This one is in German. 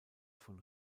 von